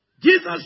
Jesus